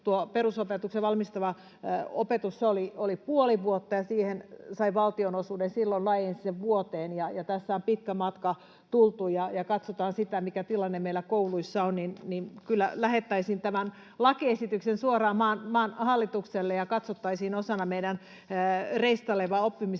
perusopetukseen valmistava opetus oli puoli vuotta ja siihen sai valtionosuuden. Silloin laajensin sen vuoteen, ja tässä on pitkä matka tultu. Kun katsotaan sitä, mikä tilanne meillä kouluissa on, niin kyllä lähettäisin tämän lakiesityksen suoraan maan hallitukselle, ja katsottaisiin osana meidän reistailevaa oppimisentukijärjestelmää